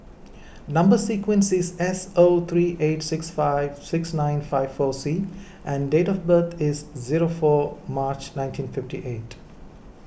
Number Sequence is S O three eight six five six nine five four C and date of birth is zero four March nineteen fifty eight